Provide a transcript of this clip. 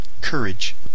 COURAGE